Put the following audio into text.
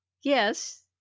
yes